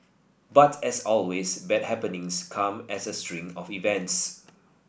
but as always bad happenings come as a string of events